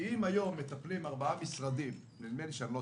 כי אם היום ארבעה משרדים מטפלים -- נכון.